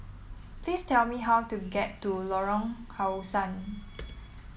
please tell me how to get to Lorong How Sun